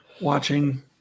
watching